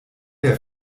der